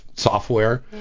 software